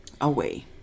away